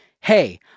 hey